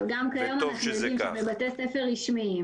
אבל גם כיום אנחנו יודעים שבבתי ספר רשמיים,